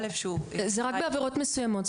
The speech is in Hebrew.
זה רק בעבירות מסוימות.